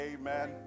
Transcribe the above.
amen